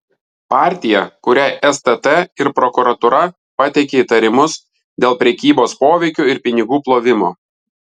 partija kuriai stt ir prokuratūra pateikė įtarimus dėl prekybos poveikiu ir pinigų plovimo